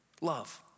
Love